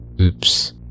Oops